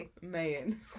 man